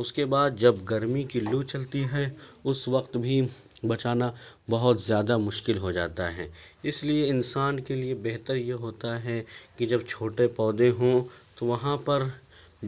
اس کے بعد جب گرمی کی لو چلتی ہے اس وقت بھی بچانا بہت زیادہ مشکل ہو جاتا ہے اس لیے انسان کے لیے بہتر یہ ہوتا ہے کہ جب چھوٹے پودے ہوں تو وہاں پر